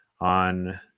on